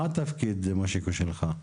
מה התפקיד שלך מושיקו?